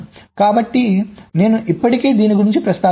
కాబట్టి నేను ఇప్పటికే దీని గురించి ప్రస్తావించాను